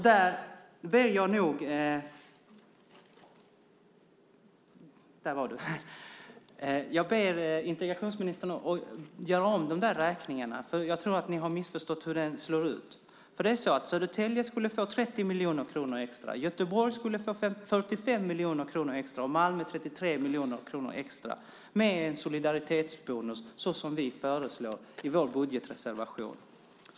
Där ber jag integrationsministern att göra om de där beräkningarna. Jag tror att ni har missförstått hur den slår. Södertälje skulle få 30 miljoner kronor extra, Göteborg skulle få 45 miljoner kronor extra och Malmö 33 miljoner kronor extra med en solidaritetsbonus som vi föreslår i vår budgetreservation.